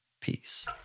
Peace